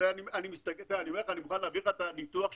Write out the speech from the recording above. אני מוכן להביא לך את הניתוח,